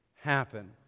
happen